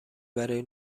برای